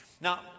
Now